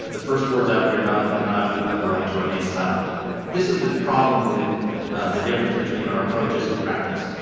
the first words out of your mouth are not, you have the right to remain silent. because this is the problem with the difference between our approaches and practice,